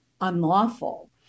unlawful